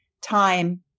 time